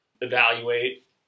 evaluate